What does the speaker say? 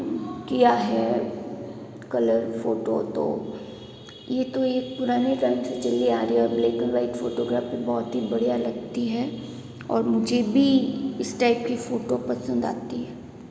किया है colour photo तो ये तो एक पुराने टाइम से चले आ रही है और ब्लैक एंड व्हाइट फोटो काफ़ी बहुत बढ़िया लगती हैं और मुझे भी इस टाइप की फोटो पसंद आती है